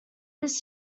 this